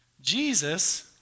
Jesus